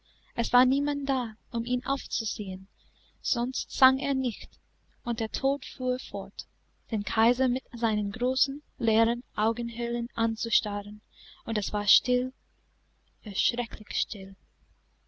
es war niemand da um ihn aufzuziehen sonst sang er nicht und der tod fuhr fort den kaiser mit seinen großen leeren augenhöhlen anzustarren und es war still erschrecklich still